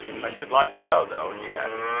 i should like to know, though, he added,